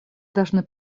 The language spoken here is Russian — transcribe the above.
должны